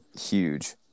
huge